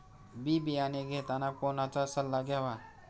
बी बियाणे घेताना कोणाचा सल्ला घ्यावा?